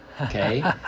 okay